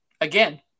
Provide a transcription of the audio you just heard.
again